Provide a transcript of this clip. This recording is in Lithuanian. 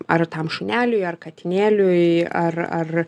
ar tam šuneliui ar katinėliui ar ar